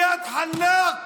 איאד אלחלאק.